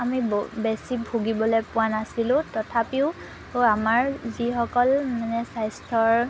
আমি বেছি ভুগিবলৈ পোৱা নাছিলোঁ তথাপিও আমাৰ যিসকল মানে স্বাস্থ্যৰ